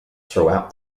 throughout